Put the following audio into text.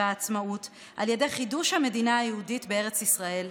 והעצמאות על ידי חידוש המדינה היהודית בארץ ישראל,